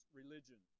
religion